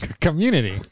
community